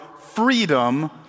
freedom